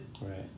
right